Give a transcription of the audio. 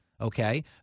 okay